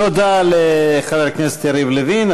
תודה לחבר הכנסת יריב לוין,